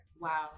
Wow